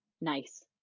nice